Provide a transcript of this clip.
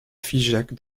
figeac